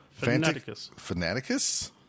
Fanaticus